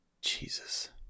Jesus